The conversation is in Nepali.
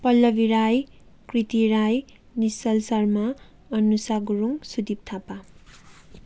पल्लवी राई कृति राई निश्चल सर्मा अनुसा गुरुङ सुदीप थापा